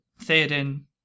theoden